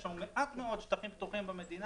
יש לנו מעט מאוד שטחים פתוחים במדינה,